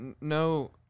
No